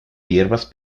hierbas